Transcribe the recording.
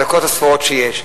בדקות הספורות שיש,